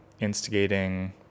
instigating